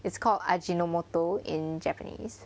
it's called ajinomoto in japanese